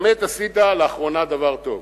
באמת עשית לאחרונה דבר טוב.